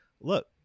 look